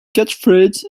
catchphrase